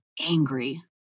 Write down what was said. angry